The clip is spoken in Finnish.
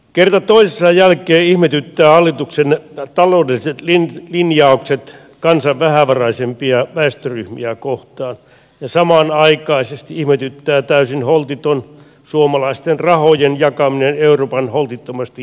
kerta toisensa jälkeen ihmetyttävät hallituksen taloudelliset linjaukset kansan vähävaraisimpia väestöryhmiä kohtaan ja samanaikaisesti ihmetyttää täysin holtiton suomalaisten rahojen jakaminen euroopan holtittomasti eläville valtioille